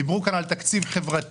דיברו כאן על תקציב חברתי,